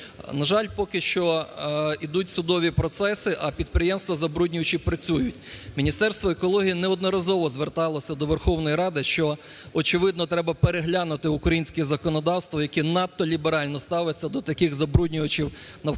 На жаль, поки що ідуть судові процеси, а підприємства-забруднювачі працюють. Міністерство екології неодноразово зверталося до Верховної Ради, що, очевидно, треба переглянути українське законодавство, яке надто ліберально ставиться до таких забруднювачів